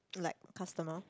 like customer